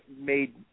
made